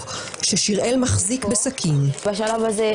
את השירותים בתחום בריאות הנפש ושב-2015 נכנס לתוקף